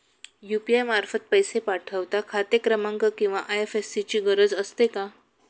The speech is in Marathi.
यु.पी.आय मार्फत पैसे पाठवता खाते क्रमांक किंवा आय.एफ.एस.सी ची गरज असते का?